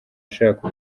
ashaka